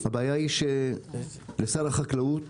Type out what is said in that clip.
הבעיה היא שלשר החקלאות